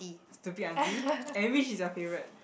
stupid auntie and which is your favourite